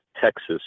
Texas